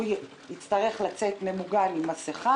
שהוא יהיה ממוגן עם מסכה,